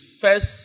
first